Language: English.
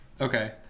Okay